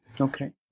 okay